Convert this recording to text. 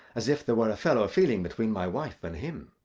as if there were a fellow-feeling between my wife and him?